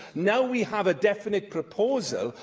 now we have a definite proposal,